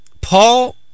Paul